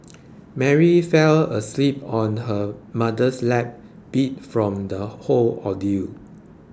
Mary fell asleep on her mother's lap beat from the whole ordeal